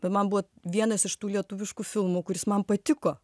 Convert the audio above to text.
bet man buvo vienas iš tų lietuviškų filmų kuris man patiko